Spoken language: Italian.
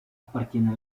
appartiene